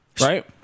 Right